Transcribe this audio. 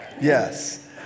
Yes